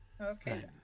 Okay